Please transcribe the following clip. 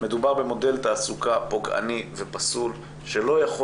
מדובר במודל תעסוקה פוגעני ופסול שלא יכול